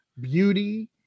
beauty